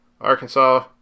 Arkansas